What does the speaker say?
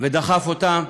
ודחף אותם,